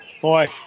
Boy